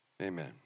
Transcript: Amen